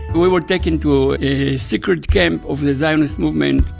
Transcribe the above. we were taken to a secret camp of the zionist movement,